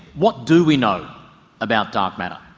what do we know about dark matter?